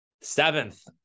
Seventh